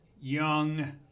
young